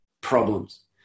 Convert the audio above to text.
problems